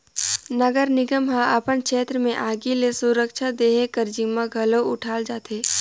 नगर निगम ह अपन छेत्र में आगी ले सुरक्छा देहे कर जिम्मा घलो उठाल जाथे